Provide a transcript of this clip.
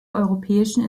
europäischen